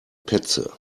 petze